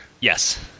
Yes